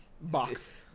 box